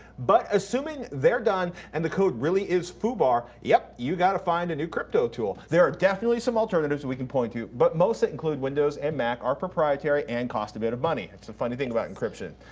but assuming they're done and the code really is fubar. yep, you got to find a new crypto tool. there are definitely some alternatives that we can point to, but most that include windows or and mac are proprietary, and cost a bit of money. it's a funny thing about encryption.